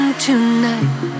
tonight